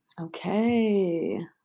Okay